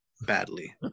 Badly